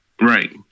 right